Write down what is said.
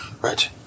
Right